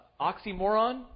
Oxymoron